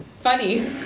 funny